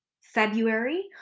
February